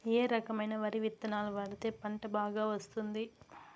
ఏ రకమైన వరి విత్తనాలు వాడితే పంట బాగా వస్తుంది?